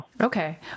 Okay